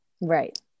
Right